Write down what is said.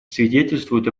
свидетельствует